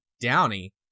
Downey